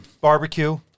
Barbecue